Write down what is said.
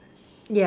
ya